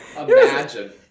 Imagine